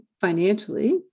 financially